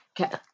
Okay